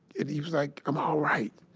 and he was like, i'm all right.